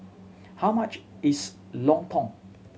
how much is lontong